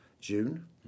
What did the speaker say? June